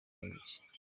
n’igice